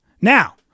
now